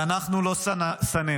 ואנחנו לא שנאנו.